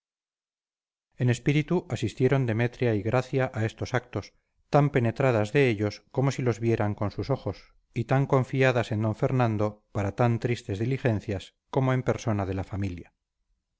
en espíritu asistieron demetria y gracia a estos actos tan penetrados de ellos como si los vieran con sus ojos y tan confiadas en don fernando para tan tristes diligencias como en persona de la familia